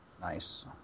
Nice